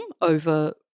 over